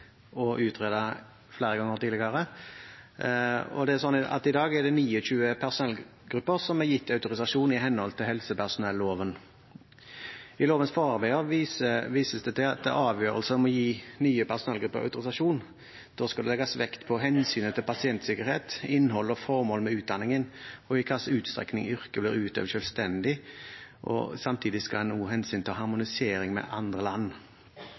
I dag er det 29 personellgrupper som er gitt autorisasjon i henhold til helsepersonelloven. I lovens forarbeider vises det til at i avgjørelser om å gi nye personellgrupper autorisasjon skal det legges vekt på hensynet til pasientsikkerhet, innhold og formål med utdanningen og i hva slags utstrekning yrket blir utøvd selvstendig. Samtidig skal en også hensynta harmonisering med andre land.